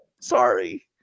sorry